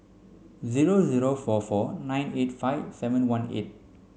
zero zero four four nine eight five seven one eight